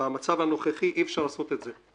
במצב הנוכחי לא ניתן לעשות את זה.